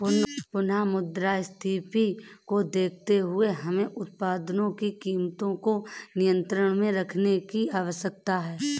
पुनः मुद्रास्फीति को देखते हुए हमें उत्पादों की कीमतों को नियंत्रण में रखने की आवश्यकता है